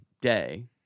day